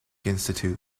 institute